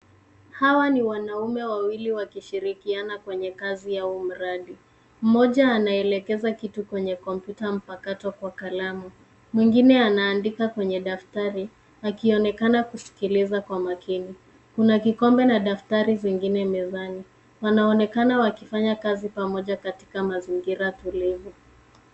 Hawa ni wanaume wawili wakishirikiana kwenye kazi au mradi. Mmoja anaelekeza kitu kwenye kompyuta mpakato kwa kalamu. Mwingine anaandika kwenye daftari akionekana kusikiliza kwa makini. Kuna kikombe na daftari zingine mezani. Wanaonekana wakifanya kazi pamoja katika mazingira tulivu.